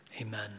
amen